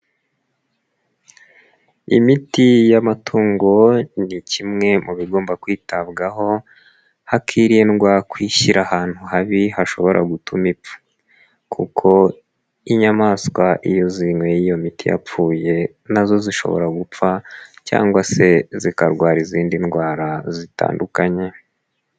Imiti y'amatungo ni kimwe mu bigomba kwitabwaho hakirindwa kuyishyira ahantu habi hashobora gutuma ipfa kuko inyamaswa iyo zinyweye iyo miti yapfuye nazo zishobora gupfa cyangwa se zikarwara izindi ndwara zitandukanye.